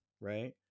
right